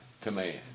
command